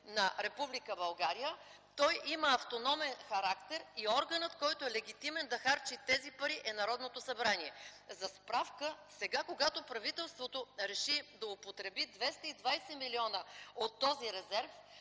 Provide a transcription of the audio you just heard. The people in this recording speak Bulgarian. България той има автономен характер и органът, който е легитимен да харчи тези пари, е Народното събрание. За справка - сега, когато правителството реши да употреби 220 милиона от този резерв,